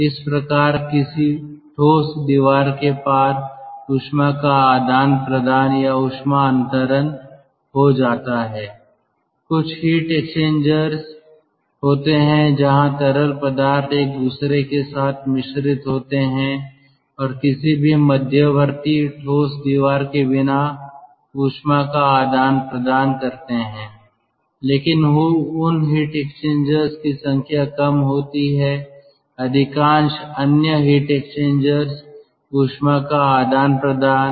इस प्रकार किसी ठोस दीवार के पार ऊष्मा का आदान प्रदान या ऊष्मा अंतरण हो जाता है कुछ हीट एक्सचेंजर्स होते हैं जहां तरल पदार्थ एक दूसरे के साथ मिश्रित होते हैं और किसी भी मध्यवर्ती ठोस दीवार के बिना ऊष्मा का आदान प्रदान करते हैं लेकिन उन हीट एक्सचेंजर्स की संख्या कम होती है अधिकांश अन्य हीट एक्सचेंजर्स ऊष्मा का आदान प्रदान